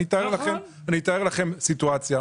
אני אתאר לכם סיטואציה.